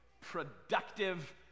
Productive